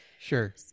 Sure